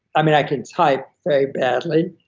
i mean, i can type very badly,